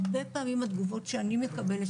הרבה פעמים התגובות שאני מקבלת,